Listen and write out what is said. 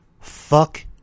Fuck